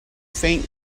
faint